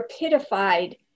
rapidified